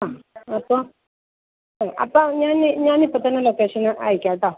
ആ അപ്പം അപ്പം ഞാൻ ഞാനിപ്പം തന്നെ ലൊക്കേഷൻ അയക്കാം കേട്ടോ